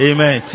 Amen